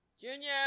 Junior